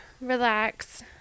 relax